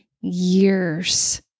years